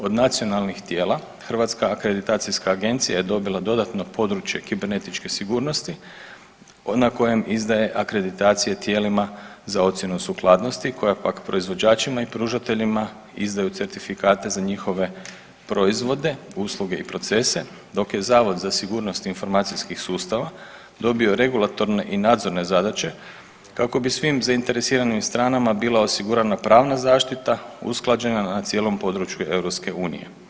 Od nacionalnih tijela Hrvatska akreditacijska agencija je dobila dodatno područje kibernetičke sigurnosti na kojem izdaje akreditacije tijelima za ocjenu sukladnosti koja pak proizvođačima i pružateljima izdaju certifikate za njihove proizvode, usluge i procese dok je Zavod za sigurnost informacijskih sustava dobio regulatorne i nadzorne zadaće kako bi svim zainteresiranim stranama bila osigurana pravna zaštita usklađena na cijelom području EU.